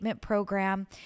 program